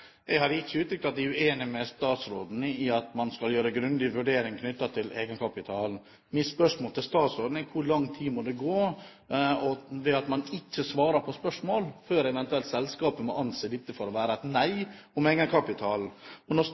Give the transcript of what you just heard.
man skal gjøre grundige vurderinger knyttet til egenkapitalen. Mitt spørsmål til statsråden er: Hvor lang tid må det gå når man ikke svarer på spørsmål, før selskapet eventuelt må anse dette for å være et nei til egenkapital? Når statsråden selv sier at det er viktig at vi gjør grundige analyser, og